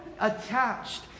attached